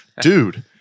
Dude